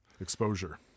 exposure